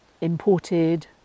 imported